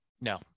no